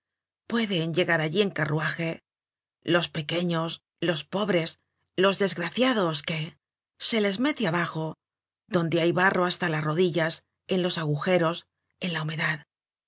pueden llegar allí en carruaje los pequeños los pobres los desgraciados qué se les mete abajo donde hay barro hasta las rodillas en los agujeros en la humedad